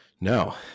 No